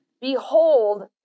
behold